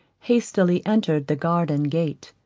hastily entered the garden gate.